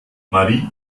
marie